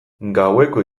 gaueko